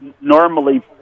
normally